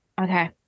Okay